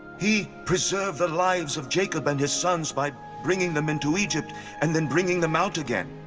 he preserved the lives of jacob and his sons by bringing them into egypt and then bringing them out again.